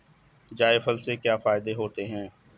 जायफल के क्या फायदे होते हैं?